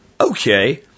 Okay